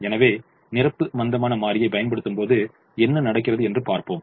எனவே நிரப்பு மந்தமான மாறியைப் பயன்படுத்தும்போது என்ன நடக்கிறது என்று பார்ப்போம்